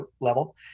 level